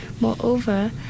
Moreover